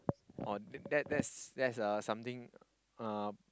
oh that that's that's uh something uh